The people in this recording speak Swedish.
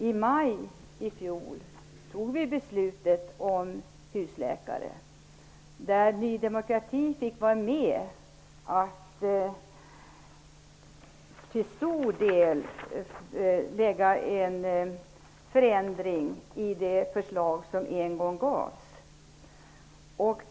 I maj i fjol fattades beslutet om husläkare. Ny demokrati fick då till stor del igenom en förändring av det ursprungliga förslaget.